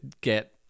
get